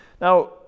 Now